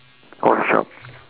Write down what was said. house shop